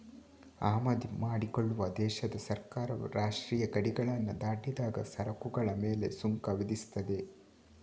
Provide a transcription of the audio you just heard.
ಆಮದು ಮಾಡಿಕೊಳ್ಳುವ ದೇಶದ ಸರ್ಕಾರವು ರಾಷ್ಟ್ರೀಯ ಗಡಿಗಳನ್ನ ದಾಟಿದಾಗ ಸರಕುಗಳ ಮೇಲೆ ಸುಂಕ ವಿಧಿಸ್ತದೆ